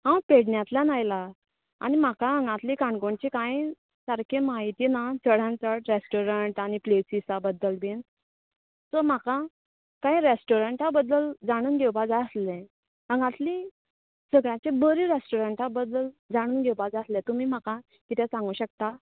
हांव पेडण्यांतल्यान आयलां आनी म्हाका हांगातलें काणकोणचें कांय सारकें म्हायती ना चडान चड रॅस्टोरंट आनी प्लेसीसा बद्दल बीन सो म्हाका कांय रॅस्टोरंटा बद्दल जाणून घेवपा जाय आसलें हांगातलीं बऱ्यातलीं बरीं रॅस्टोरंटा बद्दल जाणून घेवपाक जाय आसलें तुमी म्हाका कितें सांगू शकता